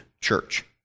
church